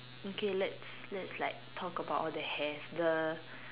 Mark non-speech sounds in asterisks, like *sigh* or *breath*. okay let's let's like talk about all the hairs the *breath*